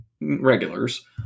regulars